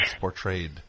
portrayed